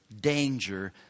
danger